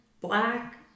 Black